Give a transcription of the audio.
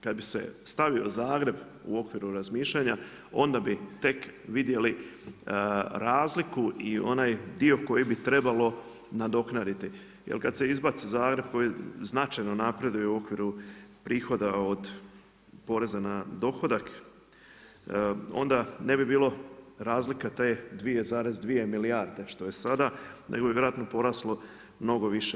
Kad bi se stavio Zagreb u okviru razmišljanja onda bi tek vidjeli razliku i onaj dio koji bi trebalo nadoknaditi, jer kad se izbaci Zagreb koji značajno napreduje u okviru prihoda od poreza na dohodak onda ne bi bilo razlike te 2,2 milijarde što je sada nego bi vjerojatno poraslo mnogo više.